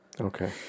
okay